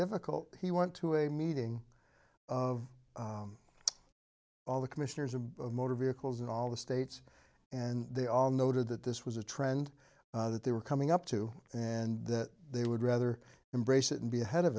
difficult he went to a meeting of all the commissioners above motor vehicles and all the states and they all noted that this was a trend that they were coming up to and that they would rather embrace it and be ahead of